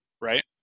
Right